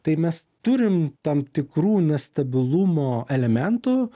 tai mes turim tam tikrų nestabilumo elementų